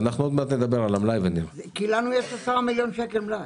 לנו יש עשרה מיליון שקל מלאי.